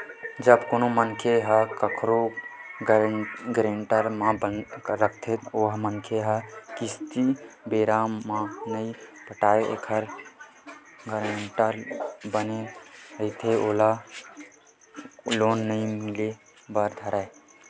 जब कोनो मनखे कखरो गारेंटर बने रहिथे ओ मनखे ह किस्ती बेरा म नइ पटावय एखर चलत गारेंटर बने रहिथे ओला लोन नइ मिले बर धरय